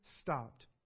stopped